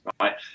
right